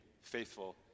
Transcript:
faithful